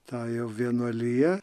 tą jau vienuoliją